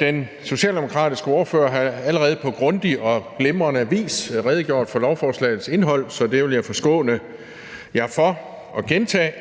Den socialdemokratiske ordfører har allerede på grundig og glimrende vis redegjort for lovforslagets indhold, så det vil jeg forskåne jer for at gentage.